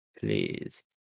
Please